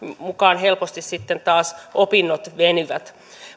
mukaan helposti sitten taas opinnot venyvät